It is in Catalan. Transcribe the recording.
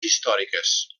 històriques